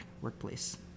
workplace